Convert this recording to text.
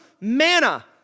manna